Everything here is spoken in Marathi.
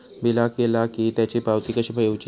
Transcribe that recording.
बिल केला की त्याची पावती कशी घेऊची?